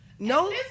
no